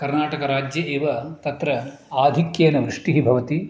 कर्नाटकराज्ये एव तत्र आधिक्येन वृष्टिः भवति